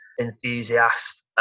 enthusiast